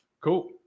Cool